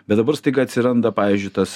bet dabar staiga atsiranda pavyzdžiui tas